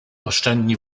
oszczędni